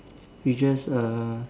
he just uh